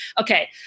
Okay